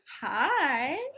hi